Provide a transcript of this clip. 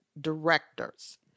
directors